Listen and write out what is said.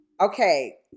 okay